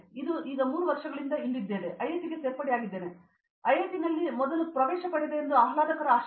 ಇದು ಈಗ 3 ವರ್ಷಗಳಿಂದ ಬಂದಿದೆ ಮತ್ತು ನಾನು ಐಐಟಿಗೆ ಸೇರ್ಪಡೆಯಾಗಿದ್ದೇನೆ ಮತ್ತು ಐಐಟಿನಲ್ಲಿ ನಾನು ಮೊದಲು ಪ್ರವೇಶ ಪಡೆದೆ ಎಂದು ಆಹ್ಲಾದಕರ ಆಶ್ಚರ್ಯ